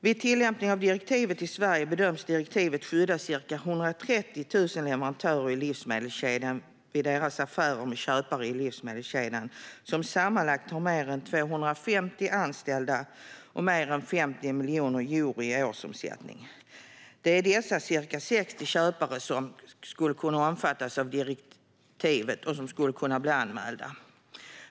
Vid tillämpning av direktivet i Sverige bedöms direktivet skydda ca 130 000 leverantörer i livsmedelskedjan vid deras affärer med köpare i livsmedelskedjan som sammanlagt har mer än 250 anställda och mer än 50 miljoner euro i årsomsättning. Det är dessa ca 60 köpare som skulle kunna omfattas av direktivet och skulle kunna bli anmälda.